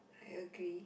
I agree